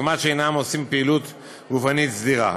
וכמעט שאינם עושים פעילות גופנית סדירה.